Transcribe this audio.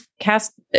Cast